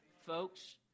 Folks